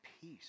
peace